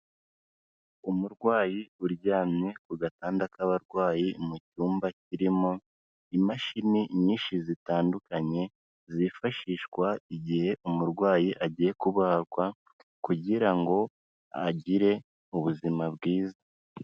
Umurwayi uryamye ku gatanda k'abarwayi, mu cyumba kirimo imashini nyinshi zitandukanye, zifashishwa igihe umurwayi agiye kubagwa kugira ngo agire ubuzima bwiza.